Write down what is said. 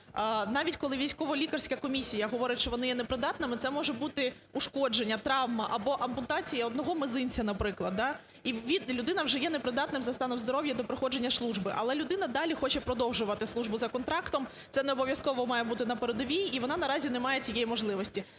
навіть, коли військово-лікарська комісія говорить, що вони є непридатними, – це може бути ушкодження, травма або ампутація одного мізинця, наприклад, да, і людина вже є непридатною за станом здоров'я до проходження служби, – але людина далі хоче продовжувати службу за контрактом. Це не обов'язково має бути на передовій, і вона наразі не має цієї можливості.